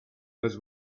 has